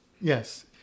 Yes